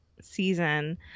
season